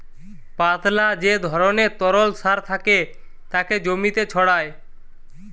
পাতলা যে ধরণের তরল সার থাকে তাকে জমিতে ছড়ায়